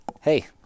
hey